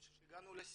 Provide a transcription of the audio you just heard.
אני חושב שהגענו לשיא,